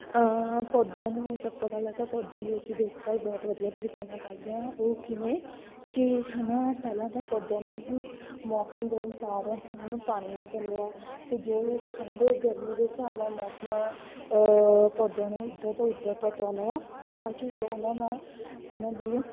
ਪੌਦਿਆਂ ਨੂੰ ਸਭ ਤੋਂ ਪਹਿਲਾਂ ਤਾਂ ਪੌਦਿਆਂ ਦੀ ਅਸੀਂ ਦੇਖਭਾਲ ਬਹੁਤ ਵਧੀਆ ਤਰੀਕੇ ਨਾਲ ਕਰਦੇ ਹਾਂ ਉਹ ਕਿਵੇਂ ਕਿ ਹੈ ਨਾ ਪਹਿਲਾਂ ਤਾਂ ਪੌਦਿਆਂ ਨੂੰ ਅਸੀਂ ਮੌਸਮ ਦੇ ਅਨੁਸਾਰ ਉਹਨੂੰ ਪਾਣੀ ਦਿੰਦੇ ਹਾਂ ਅਤੇ ਜੇ ਠੰਡ ਗਰਮੀ ਦੇ ਹਿਸਾਬ ਨਾਲ ਮੌਸਮਾਂ ਪੌਦਿਆਂ ਨੂੰ ਇੱਧਰ ਤੋਂ ਉੱਧਰ ਪਹੁੰਚਾਉਂਦੇ ਹਾਂ ਤਾਂ ਕਿ ਜੋ ਉਹਨਾਂ ਨਾਲ ਉਹਨਾਂ ਦੀ